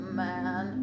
man